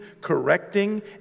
correcting